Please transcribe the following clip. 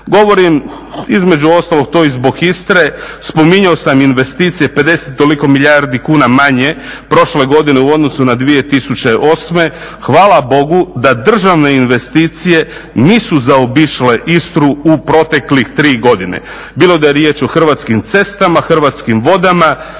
Govorim između ostalog to i zbog Istre. Spominjao sam investicije, 50, toliko milijardi kuna manje prošle godine u odnosu na 2008. Hvala Bogu da državne investicije nisu zaobišle Istru u proteklih 3 godine. Bilo da je riječ o Hrvatskim cestama, Hrvatskim vodama.